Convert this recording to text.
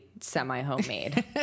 semi-homemade